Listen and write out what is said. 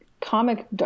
comic